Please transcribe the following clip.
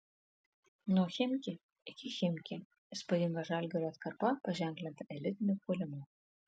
nuo chimki iki chimki įspūdinga žalgirio atkarpa paženklinta elitiniu puolimu